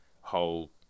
whole